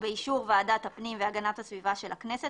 ובאישור ועדת הפנים והגנת הסביבה של הכנסת,